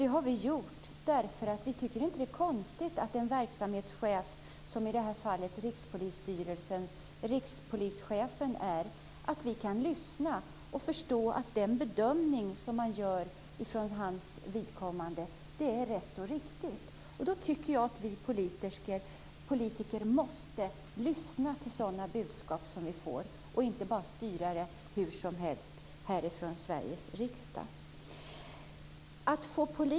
Vi tycker inte att det är konstigt att vi kan lyssna till en bedömning från en verksamhetschef, i det här fallet rikspolischefen. Vi kan förstå att hans bedömning är rätt och riktig. Vi politiker måste lyssna till sådana budskap som vi får och inte bara styra hur som helst härifrån Sveriges riksdag.